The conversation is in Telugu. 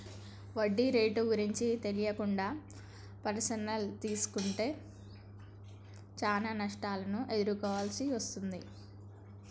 వడ్డీ రేట్లు గురించి తెలియకుండా పర్సనల్ తీసుకుంటే చానా నష్టాలను ఎదుర్కోవాల్సి వస్తది